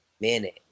minute